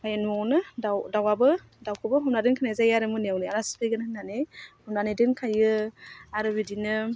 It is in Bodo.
ओमफ्राय न'वावनो दाउ दावाबो दाउखौबो हमना दोनखानाय जायो आरो मोनायावनो आलासि फैगोन होननानै हमनानै दोनखायो आरो बिदिनो